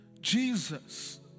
Jesus